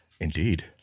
Indeed